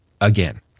again